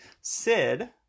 Sid